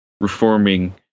reforming